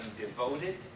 devoted